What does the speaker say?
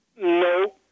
No